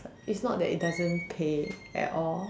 it's not that it doesn't pay at all